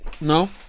No